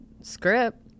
script